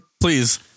Please